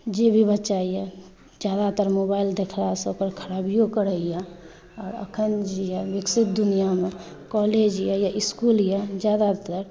जे भी बच्चा यऽ जादातर मोबाइल देखलासँ ओकर खराबिओ करैए अखन जे यऽ विकसित दुनिआमे कॉलेज यऽ या इसकुल यऽ जादातर